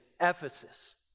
Ephesus